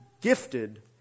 gifted